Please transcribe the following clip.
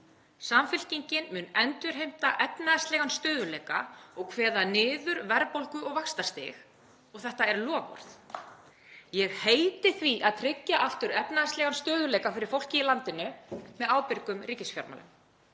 Samfylkingin mun endurheimta efnahagslegan stöðugleika á Íslandi og kveða niður verðbólgu og vaxtastig. Og þetta er loforð. Ég heiti því að tryggja aftur efnahagslegan stöðugleika fyrir fólkið í landinu með ábyrgum ríkisfjármálum.